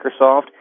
Microsoft